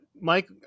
Mike